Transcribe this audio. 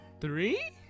three